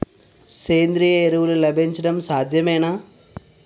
సేంద్రీయ ఎరువులు లభించడం సాధ్యమేనా?